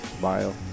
bio